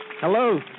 Hello